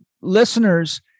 listeners